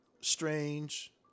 strange